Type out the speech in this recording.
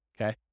okay